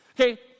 Okay